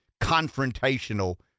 confrontational